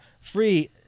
Free